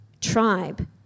tribe